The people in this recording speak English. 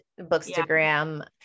bookstagram